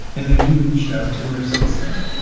and have you reached out to her since then?